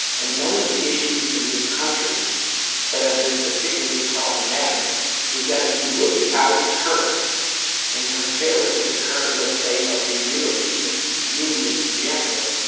and one of the issues in this country that have been particularly problematic is that if you look at our curve and compare it to the curve, let's say, of the european union in general,